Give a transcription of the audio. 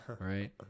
right